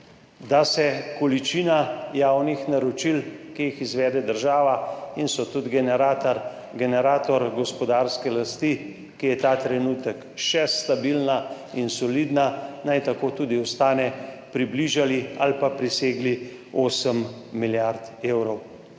Da se količina javnih naročil, ki jih izvede država in so tudi generator gospodarske rasti, ki je ta trenutek še stabilna in solidna, naj tako tudi ostane, približali ali pa presegli osem milijard evrov.